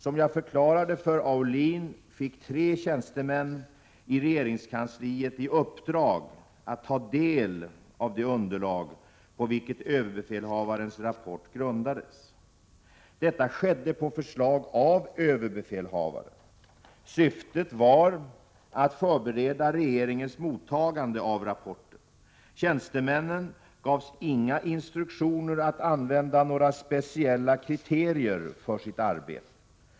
Som jag förklarade för Aulin fick tre tjänstemän i regeringskansliet i uppdrag att ta del av det underlag på vilket överbefälhavarens rapport grundades. Detta skedde på förslag av överbefälhavaren. Syftet var att förbereda regeringens mottagande av rapporten. Tjänstemännen gavs inga instruktioner att använda några speciella kriterier för sitt arbete.